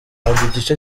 igice